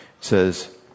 says